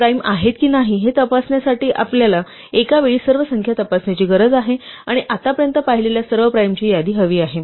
ते प्राइम आहेत की नाही हे तपासण्यासाठी आपल्याला एका वेळी सर्व संख्या तपासण्याची गरज आहे आणि आतापर्यंत पाहिलेल्या सर्व प्राइमची यादी हवी आहे